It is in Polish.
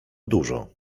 dużo